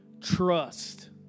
trust